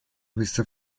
questa